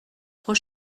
trop